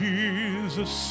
Jesus